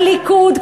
הליכוד,